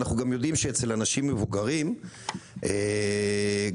אנחנו גם יודעים שאצל אנשים מבוגרים גם יש